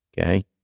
okay